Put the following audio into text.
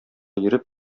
йөреп